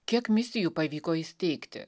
kiek misijų pavyko įsteigti